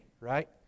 right